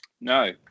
No